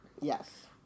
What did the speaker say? Yes